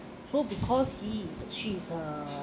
so because he she's a